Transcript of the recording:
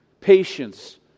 patience